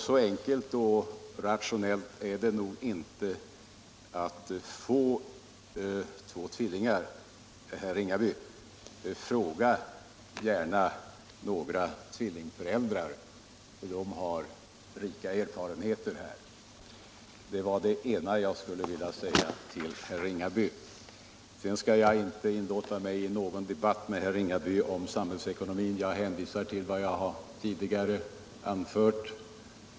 Så enkelt och rationellt är det nog inte att få tvillingar. Herr Ringaby! Fråga gärna några tvillingföräldrar. De har rika erfarenheter. Det var det ena jag skulle vilja säga till herr Ringaby. Sedan skall jag inte inlåta mig på någon debatt med herr Ringaby om samhällsekonomin, men jag vill hänvisa till vad jag tidigare anfört.